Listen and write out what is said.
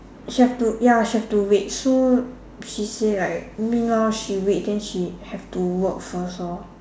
just to ya she have to wait so she say like May lor she wait then she have to work first lor